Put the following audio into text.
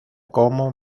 como